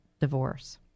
divorce